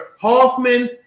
Hoffman